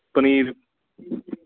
paneer